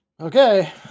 Okay